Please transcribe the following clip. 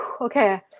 Okay